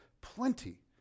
plenty